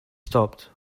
stopped